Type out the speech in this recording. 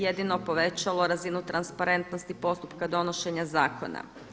jedino povećalo razinu transparentnosti postupka donošenja zakona.